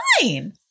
fine